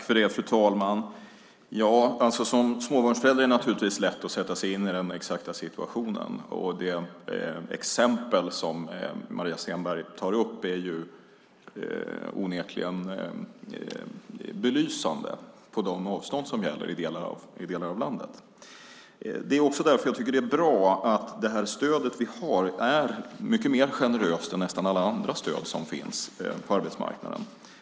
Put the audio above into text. Fru talman! Som småbarnsförälder har man naturligtvis lätt att sätta sig in i den exakta situationen. Det exempel som Maria Stenberg tar upp är onekligen belysande för de avstånd som gäller i delar av landet. Det är också därför jag tycker att det är bra att det stöd vi har är mycket generösare än nästan alla andra stöd som finns på arbetsmarknaden.